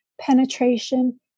penetration